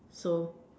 so